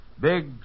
big